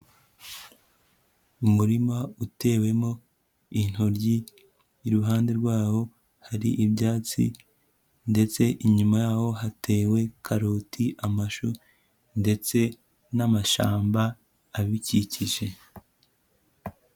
Umurima utewemo intoryi, iruhande rwawo hari ibyatsi ndetse inyuma y'aho hatewe karoti, amashu, ndetse n'amashamba abikikije.